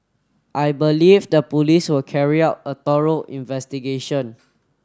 I believe the police will carry out a thorough investigation